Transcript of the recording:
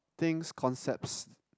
things concepts